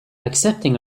accepting